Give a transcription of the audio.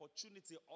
opportunity